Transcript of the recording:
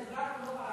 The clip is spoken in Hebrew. תודה רבה.